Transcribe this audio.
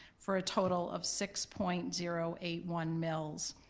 for a total of six point zero eight one mills.